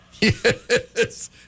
Yes